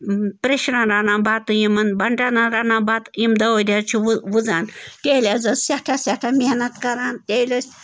پرٛیٚشرَن رَنان بَتہٕ یِمَن بَنٹَنَن رَنان بَتہٕ یِم دٲدۍ حظ چھِ وٕ وٕزان تیٚلہٕ حظ ٲس سٮ۪ٹھاہ سٮ۪ٹھاہ محنت کران تیٚلہِ ٲسۍ